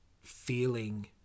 feeling